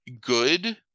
good